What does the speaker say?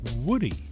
Woody